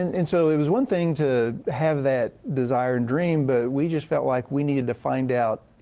and, and so it was one thing to have that desire and dream, but we just felt like we needed to find out.